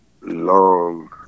long